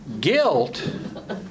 guilt